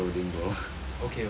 okay okay